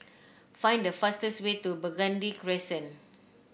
find the fastest way to Burgundy Crescent